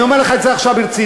אני אומר לך את זה עכשיו ברצינות,